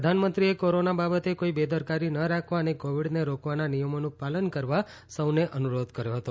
પ્રધાનમંત્રીએ કોરોના બાબતે કોઇ બેદરકારી ન રાખવા અને કોવિડને રોકવાના નિયમોનું પાલન કરવા સહ્ને અનુરોધ કર્યો હતો